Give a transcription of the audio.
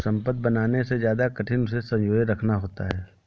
संपत्ति बनाने से ज्यादा कठिन उसे संजोए रखना होता है